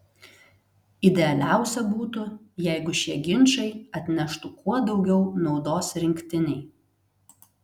idealiausia būtų jeigu šie ginčai atneštų kuo daugiau naudos rinktinei